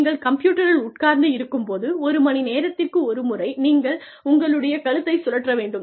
நீங்கள் கம்ப்யூட்டரில் உட்கார்ந்து இருக்கும் போது ஒரு மணி நேரத்திற்கு ஒரு முறை நீங்கள் உங்களுடைய கழுத்தை சுழற்ற வேண்டும்